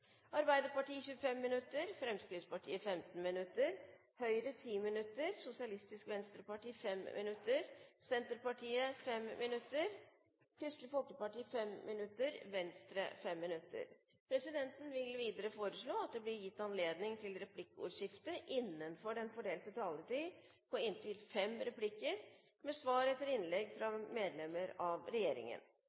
Arbeiderpartiet 25 minutter, Fremskrittspartiet 15 minutter, Høyre 10 minutter, Sosialistisk Venstreparti 5 minutter, Senterpartiet 5 minutter, Kristelig Folkeparti 5 minutter og Venstre 5 minutter. Videre vil presidenten foreslå at det blir gitt anledning til replikkordskifte på inntil fem replikker med svar etter innlegg fra medlemmer av regjeringen